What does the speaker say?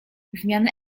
zmianę